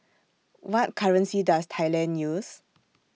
What currency Does Thailand use